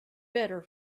better